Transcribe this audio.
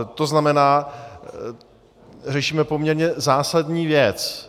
To znamená, řešíme poměrně zásadní věc.